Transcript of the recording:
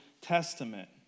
Testament